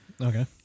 Okay